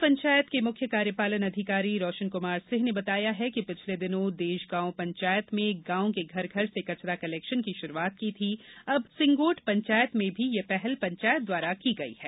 जिला पंचायत के मुख्य कार्यपालन अधिकारी रोशन कुमार सिंह ने बताया कि पिछले दिनों देशगांव पंचायत में गांव के घर घर से कचरा कलेक्शन की शुरूआत की थी अब सिंगोट पंचायत में भी यह पहल पंचायत द्वारा की गई है